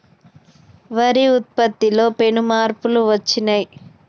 వరి ఉత్పత్తిలో పెను మార్పులు వచ్చినాయ్